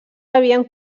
havien